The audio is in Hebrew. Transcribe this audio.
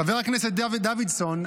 חבר הכנסת דוידסון,